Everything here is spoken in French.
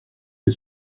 que